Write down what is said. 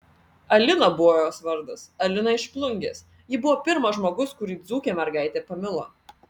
alina buvo jos vardas alina iš plungės ji buvo pirmas žmogus kurį dzūkė mergaitė pamilo